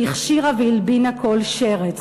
שהכשירה והלבינה כל שרץ.